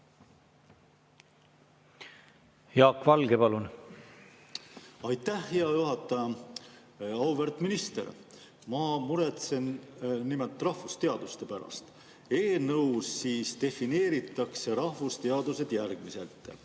Jaak Valge, palun! Aitäh, hea juhataja! Auväärt minister! Ma muretsen nimelt rahvusteaduste pärast. Eelnõus defineeritakse rahvusteadused järgmiselt: